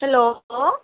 hello औ